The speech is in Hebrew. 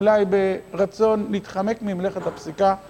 אולי ברצון להתחמק ממלאכת הפסיקה